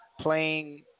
playing